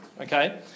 okay